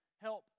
help